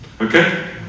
okay